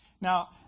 Now